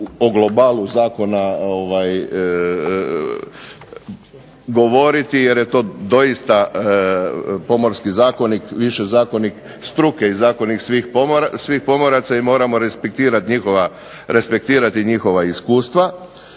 o globalu zakona govoriti jer je to doista Pomorski zakonik, više zakonik struke i zakonik svih pomoraca i moramo respektirati njihova iskustva.